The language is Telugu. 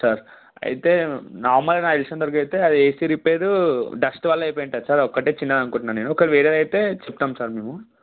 సార్ అయితే నార్మల్గా నాకు తెలిసినంత వరకు అయితే అది ఏసీ రిపేర్ డస్ట్ వల్ల అయిపోయి ఉంటుంది సార్ ఒకటి చిన్నది అనుకుంటున్నాను నేను ఒకవేళ వేరేది అయితే చెప్తాం సార్ మేము